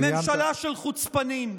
ממשלה של חוצפנים.